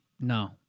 No